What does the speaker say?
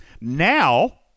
now